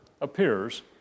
appears